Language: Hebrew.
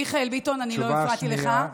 מיכאל ביטון, אני לא הפרעתי לך.